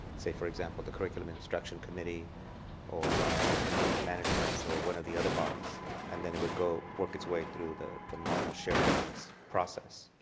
say for example the curriculum instruction committee or enrollment management or one of the other bodies and then it would go work its way through the the normal shared governance process.